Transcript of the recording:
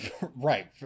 Right